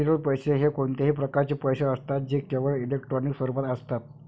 digital पैसे हे कोणत्याही प्रकारचे पैसे असतात जे केवळ इलेक्ट्रॉनिक स्वरूपात असतात